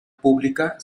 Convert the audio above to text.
pública